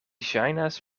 ŝajnas